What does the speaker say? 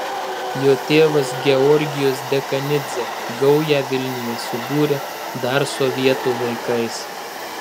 jo tėvas georgijus dekanidzė gaują vilniuje subūrė dar sovietų laikais